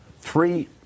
Three